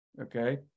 okay